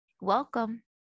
Welcome